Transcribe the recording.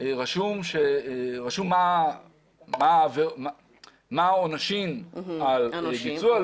כתוב מה העונשים על ביצוע.